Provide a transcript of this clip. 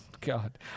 god